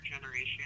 generation